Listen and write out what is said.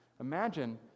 Imagine